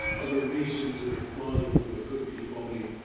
other reasons that are plausible but could be phony,